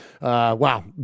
Wow